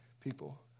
people